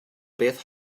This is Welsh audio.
beth